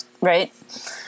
right